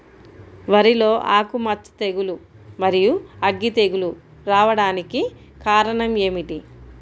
వరిలో ఆకుమచ్చ తెగులు, మరియు అగ్గి తెగులు రావడానికి కారణం ఏమిటి?